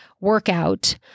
workout